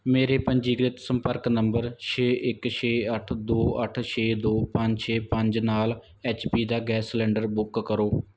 ਮੇਰੇ ਪੰਜੀਕ੍ਰਿਤ ਸੰਪਰਕ ਨੰਬਰ ਛੇ ਇੱਕ ਛੇ ਅੱਠ ਦੋ ਅੱਠ ਛੇ ਦੋ ਪੰਜ ਛੇ ਪੰਜ ਨਾਲ ਐੱਚ ਪੀ ਦਾ ਗੈਸ ਸਿਲੰਡਰ ਬੁੱਕ ਕਰੋ